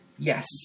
Yes